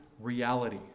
reality